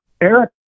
Eric